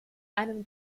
einem